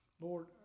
Lord